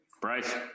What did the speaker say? bryce